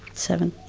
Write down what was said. seven,